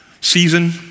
season